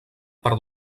per